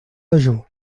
dejú